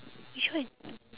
which one